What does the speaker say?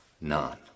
None